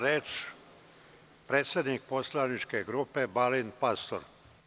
Reč ima predsednik poslaničke grupe Balint Pastor.